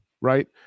right